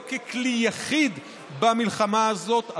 לא ככלי יחיד במלחמה הזאת,